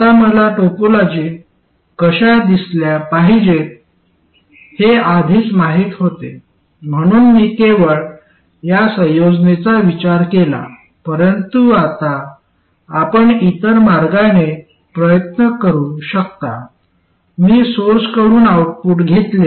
आता मला टोपोलॉजी कशा दिसल्या पाहिजेत हे आधीच माहित होते म्हणून मी केवळ या संयोजनाचा विचार केला परंतु आपण आता इतर मार्गाने प्रयत्न करू शकता मी सोर्सकडून आउटपुट घेतले